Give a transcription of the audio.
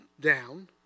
down